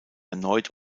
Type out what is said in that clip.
erneut